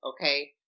Okay